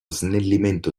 snellimento